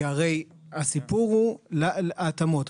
כי הסיפור, הרי, הוא ההתאמות.